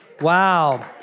Wow